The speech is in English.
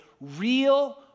real